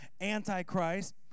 Antichrist